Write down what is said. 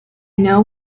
know